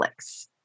Netflix